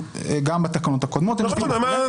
גם בתקנות הקודמות הן הופיעו.